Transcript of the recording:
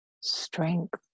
strength